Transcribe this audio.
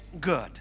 good